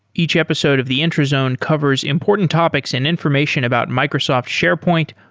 each episode of the intrazone covers important topics and information about microsoft sharepoint,